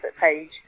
page